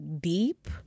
deep